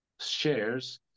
shares